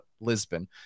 Lisbon